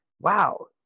wow